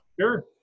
Sure